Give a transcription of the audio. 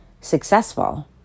successful